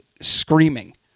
screaming